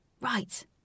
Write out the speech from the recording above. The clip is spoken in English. Right